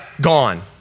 Gone